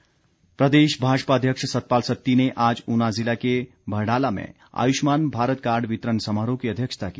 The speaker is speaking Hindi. सतपाल सत्ती प्रदेश भाजपा अध्यक्ष सतपाल सत्ती ने आज ऊना जिले के बहडाला में आयुष्मान भारत कार्ड वितरण समारोह की अध्यक्षता की